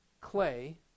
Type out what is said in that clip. clay